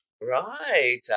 Right